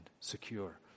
Secure